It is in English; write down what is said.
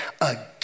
again